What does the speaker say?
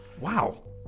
Wow